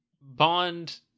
Bond